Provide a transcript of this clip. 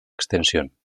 extensión